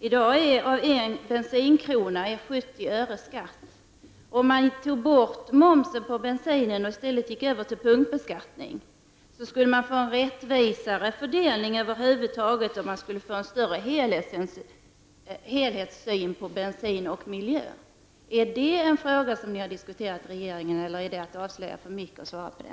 I dag är av en bensinkrona 70 öre skatt. Om man tar bort momsen på bensinen och går över till punktbeskattning, skulle man få en rättvisare fördelning över huvud taget, och man skulle få en bättre helhetssyn på bensin och miljö. Är detta en fråga som har diskuterats inom regeringen, eller är det att avslöja för mycket att svara på den?